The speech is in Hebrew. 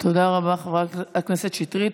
תודה רבה, חברת הכנסת שטרית.